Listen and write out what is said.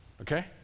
okay